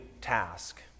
task